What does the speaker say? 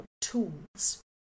tools